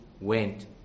went